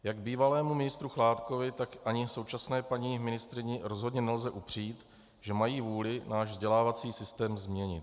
Jak bývalému ministru Chládkovi, tak ani současné paní ministryni rozhodně nelze upřít, že mají vůli náš vzdělávací systém změnit.